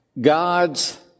God's